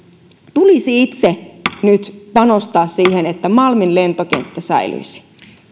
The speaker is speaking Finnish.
tulisi itse nyt panostaa siihen että malmin lentokenttä säilyisi